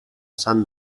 sant